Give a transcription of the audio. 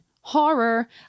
Horror